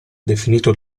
definito